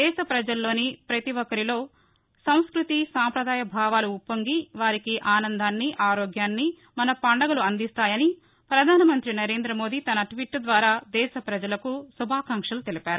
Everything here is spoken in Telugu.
దేశ పజల్లోని పతి ఒక్కరిలో సంస్మృతి సాంఘదాయ భావాలు ఉప్పొంగి వారికి ఆనందాన్ని ఆరోగ్యాన్ని మన పండుగలు అందిస్తాయని ప్రధాన మంతి నరేంద మోదీ తన ట్వీట్ ద్వారా దేశ ప్రజలకు శుభాకాంక్షలు తెలిపారు